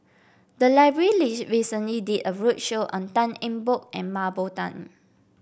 the library recently did a roadshow on Tan Eng Bock and Mah Bow Tan